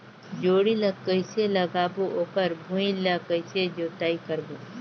जोणी ला कइसे लगाबो ओकर भुईं ला कइसे जोताई करबो?